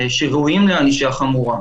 שראויים לענישה חמורה.